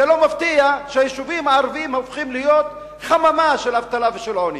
זה לא מפתיע שהיישובים הערביים הופכים להיות חממה של אבטלה ושל עוני,